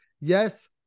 Yes